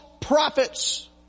prophets